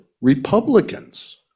Republicans